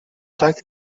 like